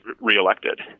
reelected